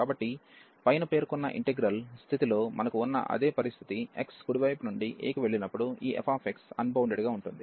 కాబట్టి పైన పేర్కొన్న ఇంటిగ్రల్ స్థితిలో మనకు ఉన్న అదే పరిస్థితి x కుడి వైపు నుండి a కి వెళ్ళినప్పుడు ఈ f అన్బౌండెడ్ గా ఉంటుంది